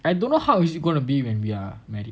I don't know how is it gonna be when we are married